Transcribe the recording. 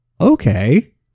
okay